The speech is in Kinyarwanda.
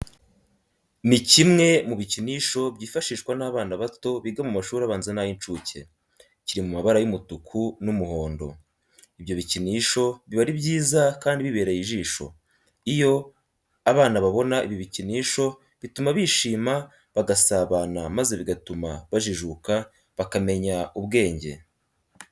Ni kimwe mu bikinisho byifashishwa n'abana bato biga mu mashuri abanza n'ay'incuke, kiri mu mabara y'umutuku n'umuhondo. Ibyo bikinisho biba ari byiza kandi bibereye ijisho. Iyo bana babona ibi bikinisho bituma bishima, bagasabana maze bigatuma bajijuka bakamenya ubwenge.